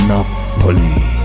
Napoli